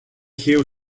heel